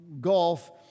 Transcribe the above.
golf